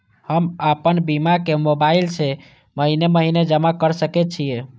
हम आपन बीमा के मोबाईल से महीने महीने जमा कर सके छिये?